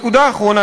נקודה אחרונה,